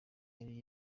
yari